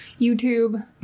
YouTube